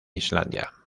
islandia